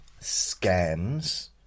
scams